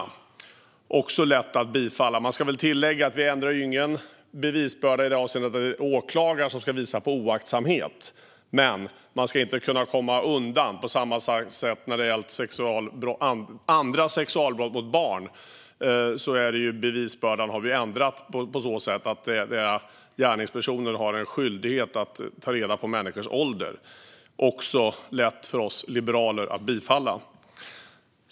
Detta är också lätt att bifalla. Det ska väl tilläggas att vi inte ändrar någon bevisbörda i det avseendet att det är åklagare som ska visa på oaktsamhet. Men man ska inte kunna komma undan på samma sätt. När det gällt andra sexualbrott mot barn har vi ju ändrat bevisbördan på så sätt att gärningspersonen har en skyldighet att ta reda på människors ålder. Även detta är lätt för oss liberaler att bifalla.